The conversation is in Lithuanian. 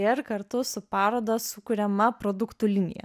ir kartu su paroda sukuriama produktų linija